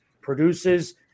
produces